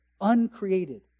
uncreated